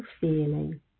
feeling